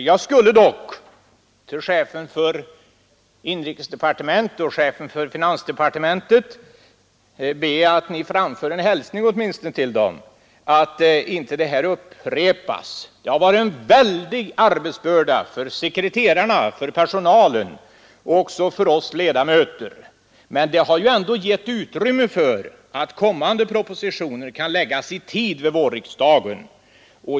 Jag skulle dock be att till herr inrikesministern och herr finansministern åtminstone få framföra en hälsning och be att inte det här upprepas. Sekreterarna, personalen och också vi ledamöter har haft en väldig arbetsbörda, men det arbetet har ändå gett utrymme för att kommande propositioner skall kunna läggas fram i tid vid vårriksdagen.